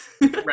Right